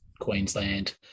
Queensland